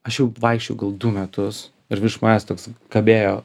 aš jau vaikščiojau gal du metus ir virš manęs toks kabėjo